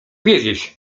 wiedzieć